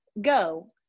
go